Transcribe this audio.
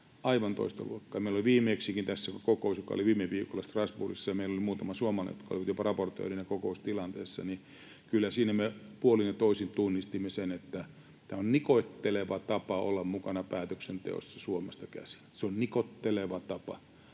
aivan toista luokkaa. Meillä oli viimeksikin tässä kokous, joka oli viime viikolla Strasbourgissa, ja meillä oli muutama suomalainen, jotka olivat jopa raportoijina kokoustilanteessa, niin kyllä me siinä puolin ja toisin tunnistimme sen, että tämä on nikotteleva tapa olla mukana päätöksenteossa Suomesta käsin. Se on nikotteleva tapa,